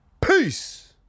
Peace